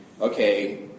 okay